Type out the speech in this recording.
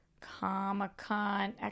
Comic-Con